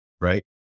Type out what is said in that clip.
Right